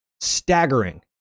staggering